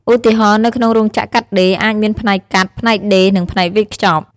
ឧទាហរណ៍ នៅក្នុងរោងចក្រកាត់ដេរ អាចមានផ្នែកកាត់ ផ្នែកដេរ និងផ្នែកវេចខ្ចប់។